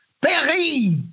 Berry